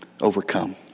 overcome